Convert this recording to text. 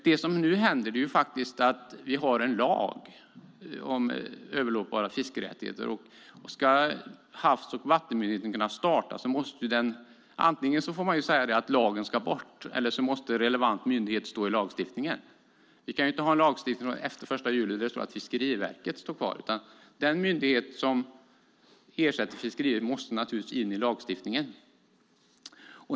Det som nu händer är att vi får en lag om överlåtbara fiskerättigheter. Om Havs och vattenmyndigheten ska kunna starta måste lagen tas bort eller så måste relevant myndighet stå i lagstiftningen. Vi kan ju inte ha en lagstiftning efter den 1 juli där Fiskeriverket står kvar, utan den myndighet som ersätter Fiskeriverket måste naturligtvis in i lagstiftningen.